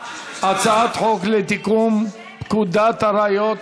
הצעת חוק לתיקון פקודת הראיות,